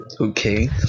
okay